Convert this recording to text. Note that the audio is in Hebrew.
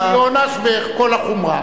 יוענש במלוא החומרה.